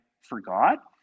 forgot